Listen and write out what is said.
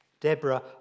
Deborah